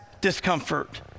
discomfort